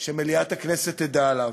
שמליאת הכנסת תדע עליו.